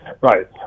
Right